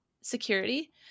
security